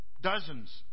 Dozens